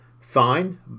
fine